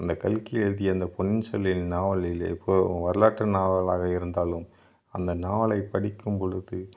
அந்த கல்கி எழுதிய அந்த பொன்னியின் செல்வன் நாவலில் இப்போது வரலாற்று நாவலாக இருந்தாலும் அந்த நாவலை படிக்கும்பொழுது